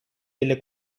delle